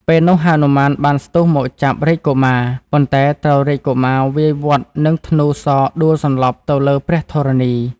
ពេលនោះហនុមានបានស្ទុះមកចាប់រាជកុមារ ប៉ុន្តែត្រូវរាជកុមារវាយវាត់នឹងធ្នូសរដួលសន្លប់ទៅលើព្រះធរណី។